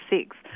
six